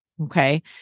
Okay